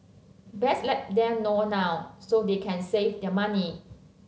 best let them know now so they can save their money